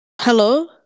Hello